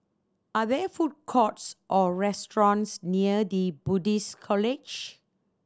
are there food courts or restaurants near The Buddhist College